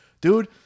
dude